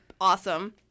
awesome